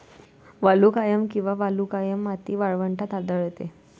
वालुकामय किंवा वालुकामय माती वाळवंटात आढळते